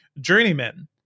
journeyman